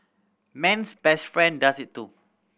man's best friend does it too